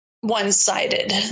one-sided